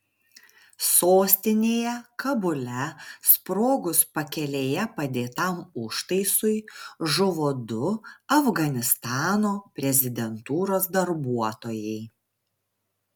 sostinėje kabule sprogus pakelėje padėtam užtaisui žuvo du afganistano prezidentūros darbuotojai